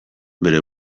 bere